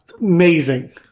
Amazing